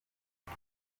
ibi